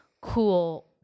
cool